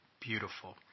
beautiful